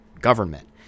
government